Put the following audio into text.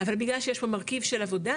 אבל בגלל שיש פה מרכיב של עבודה,